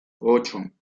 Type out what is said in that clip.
ocho